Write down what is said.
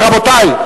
רבותי,